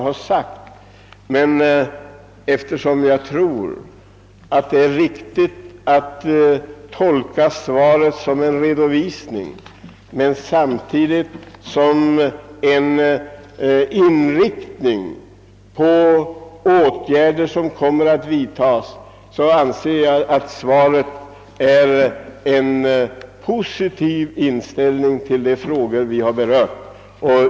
Jag tror också, herr talman, att det är riktigt att tolka svaret som en redovisning men samtidigt som en inriktning på åtgärder som kommer att vidtagas, och jag anser därför att svaret ger uttryck för en positiv inställning till de berörda frågorna.